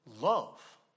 love